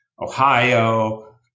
Ohio